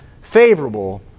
favorable